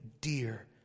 dear